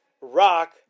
Rock